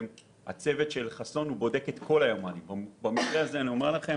של חסון בודק את כל הימ"לים ואני אומר לכם